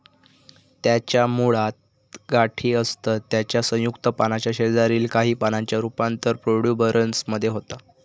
त्याच्या मुळात गाठी असतत त्याच्या संयुक्त पानाच्या शेजारील काही पानांचा रूपांतर प्रोट्युबरन्स मध्ये होता